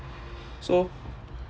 so